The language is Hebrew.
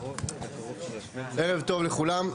ערב טוב לכולם,